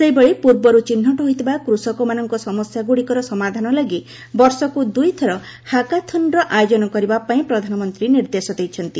ସେହିଭଳି ପୂର୍ବରୁ ଚିହ୍ନଟ ହୋଇଥିବା କୃଷକମାନଙ୍କ ସମସ୍ୟାଗୁଡ଼ିକର ସମାଧାନ ଲାଗି ବର୍ଷକୁ ଦୁଇଥର ହାକାଥନ୍ର ଆୟୋଜନ କରିବା ପାଇଁ ପ୍ରଧାନମନ୍ତ୍ରୀ ନିର୍ଦ୍ଦେଶ ଦେଇଛନ୍ତି